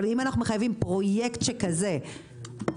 אבל אם אנחנו מחייבים פרויקט שכזה להיות,